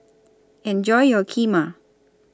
Enjoy your Kheema